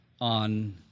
on